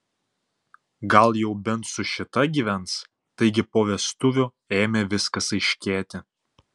gal jau bent su šita gyvens taigi po vestuvių ėmė viskas aiškėti